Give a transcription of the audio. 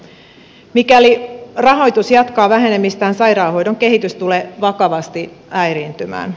mikäli rahoitus jatkaa vähenemistään sairaanhoidon kehitys tulee vakavasti häiriintymään